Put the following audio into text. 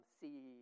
see